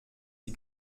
sie